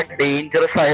dangerous